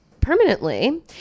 permanently